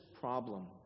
problem